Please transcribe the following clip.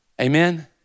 Amen